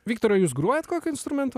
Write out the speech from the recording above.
viktorai jūs grojat kokiu instrumentu aš